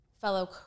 fellow